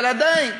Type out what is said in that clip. אבל עדיין,